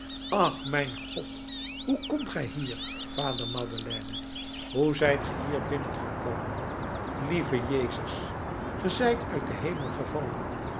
ach mijn god hoe komt gij hier vader madeleine hoe zijt ge hier binnengekomen lieve jezus ge zijt uit den hemel gevallen